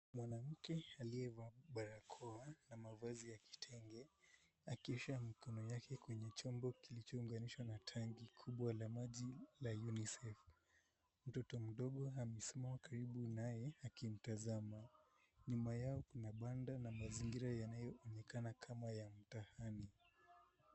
Mwanamke aliyevaa barakoa na mavazi ya kitenge akisha mkono wake kwenye chombo kilichounganishwa na tangi kubwa la maji la UNICEF. Mtoto mdogo amesimama karibu naye akimtazama. Nyuma yao kuna banda na mazingira yanayooneka kama ya mtaani.